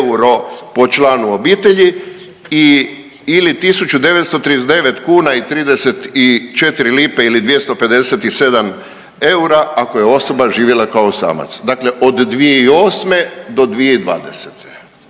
po članu obitelji i/ili 1.939 kuna i 34 lipe ili 257 eura ako je osoba živjela kao samac. Dakle, od 2008. do 2020.